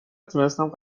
تونستم